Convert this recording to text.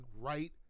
right